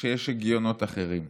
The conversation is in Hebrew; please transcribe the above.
שיש היגיון אחר.